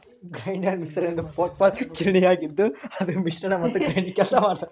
grinder mixer ಎನ್ನುವುದು portable ಗಿರಣಿಯಾಗಿದ್ದುಅದು ಮಿಶ್ರಣ ಮತ್ತು ಗ್ರೈಂಡಿಂಗ್ ಕೆಲಸ ಮಾಡ್ತದ